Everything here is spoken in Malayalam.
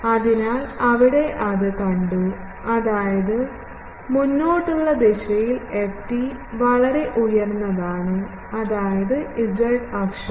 അതിനാൽ അവിടെ അത് കണ്ടു അതായത് മുന്നോട്ടുള്ള ദിശയിൽ ft വളരെ ഉയർന്നതാണ് അതായത് z അക്ഷത്തിൽ